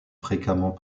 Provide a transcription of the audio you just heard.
fréquemment